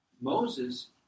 Moses